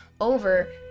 over